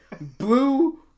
Blue